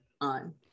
on